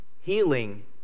healing